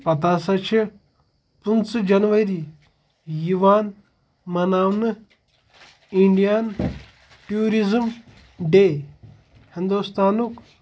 پَتہٕ ہَسا چھِ پٕنٛژٕہ جَنؤری یِوان مَناونہٕ اِنڈیَن ٹوٗرِزٕم ڈے ہِنٛدُستانُک